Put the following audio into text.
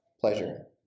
pleasure